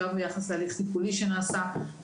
גם ביחס להליך הטיפולי שנעשה,